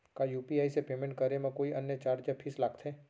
का यू.पी.आई से पेमेंट करे म कोई अन्य चार्ज या फीस लागथे?